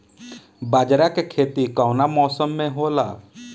बाजरा के खेती कवना मौसम मे होला?